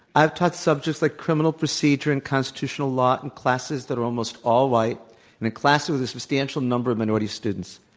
i've taught subjects like criminal procedure and constitutional law in and classes that are almost all white and in classes with a substantial number of minority students.